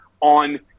on